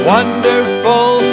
Wonderful